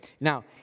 Now